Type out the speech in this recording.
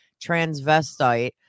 transvestite